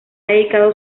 dedicado